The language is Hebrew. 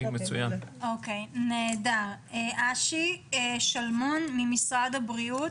פרופ' אשר שלמון ממשרד הבריאות,